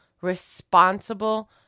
responsible